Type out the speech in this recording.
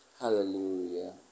Hallelujah